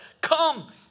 Come